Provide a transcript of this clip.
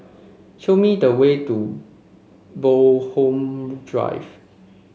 show me the way to Bloxhome Drive